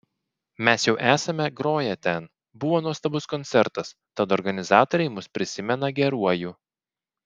mes jau esame groję ten buvo nuostabus koncertas tad organizatoriai mus prisimena geruoju